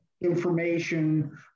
information